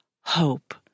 hope